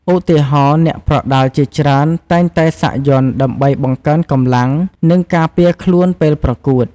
ឧទាហរណ៍ អ្នកប្រដាល់ជាច្រើនតែងតែសាក់យ័ន្តដើម្បីបង្កើនកម្លាំង និងការពារខ្លួនពេលប្រកួត។